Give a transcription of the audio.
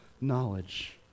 knowledge